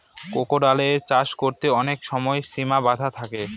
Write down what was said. ক্রোকোডাইলের চাষ করতে অনেক সময় সিমা বাধা থাকে